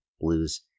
blues